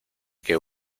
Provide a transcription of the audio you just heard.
que